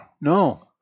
No